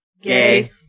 Gay